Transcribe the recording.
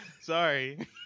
Sorry